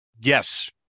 yes